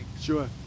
Sure